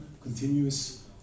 continuous